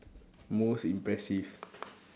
most impressive